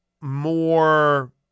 more